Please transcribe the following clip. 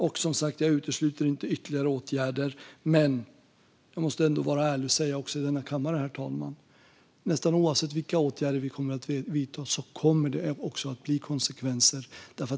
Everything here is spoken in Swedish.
Jag utesluter som sagt inte ytterligare åtgärder. Men, herr talman, jag måste ändå vara ärlig i den här kammaren och säga att nästan oavsett vilka åtgärder vi kommer att vidta kommer det att bli konsekvenser.